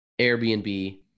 Airbnb